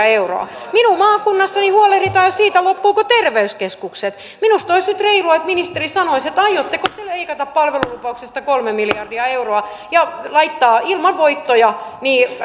euroa minun maakunnassani huolehditaan siitä loppuvatko terveyskeskukset minusta olisi nyt reilua että ministeri sanoisi aiotteko te leikata palvelulupauksesta kolme miljardia euroa ja laittaa ilman voittoja